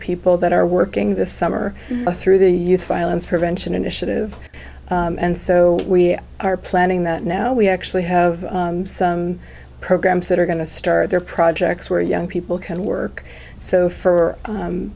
people that are working this summer through the youth violence prevention initiative and so we are planning that now we actually have some programs that are going to start their projects where young people can work so for